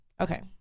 Okay